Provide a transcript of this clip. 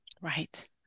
Right